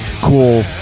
cool –